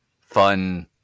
fun